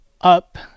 up